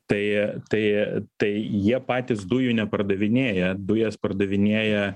tai tai tai jie patys dujų nepardavinėja dujas pardavinėja